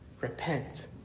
repent